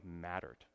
mattered